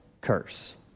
curse